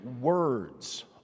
words